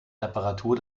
reparatur